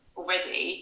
already